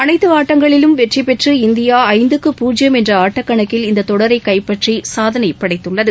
அனைத்து ஆட்டங்களிலும் வெற்றி பெற்று இந்தியா ஐந்துக்கு பூஜ்யம் என்ற ஆட்டக்கணக்கில் இந்த தொடரை கைப்பற்றி சாதனை படைத்துள்ளது